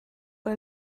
por